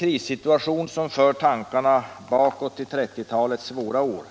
Krissituationen för tankarna tillbaka till 1930-talets svåra år.